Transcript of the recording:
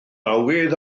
awydd